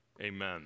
Amen